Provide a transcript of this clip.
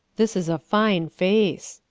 this is a fine face,